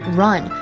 run